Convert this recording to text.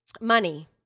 Money